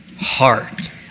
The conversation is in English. Heart